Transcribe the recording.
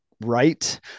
right